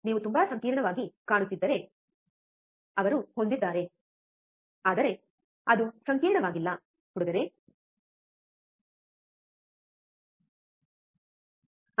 ನೀವು ತುಂಬಾ ಸಂಕೀರ್ಣವಾಗಿ ಕಾಣುತ್ತಿದ್ದರೆ ಅವರು ಹೊಂದಿದ್ದಾರೆ ಆದರೆ ಅದು ಸಂಕೀರ್ಣವಾಗಿಲ್ಲ ಹುಡುಗರೇ